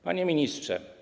Panie Ministrze!